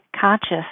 conscious